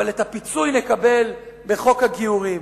אבל את הפיצוי נקבל בחוק הגיורים.